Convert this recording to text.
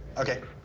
okay,